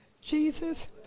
Jesus